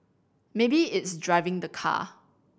maybe it's driving the car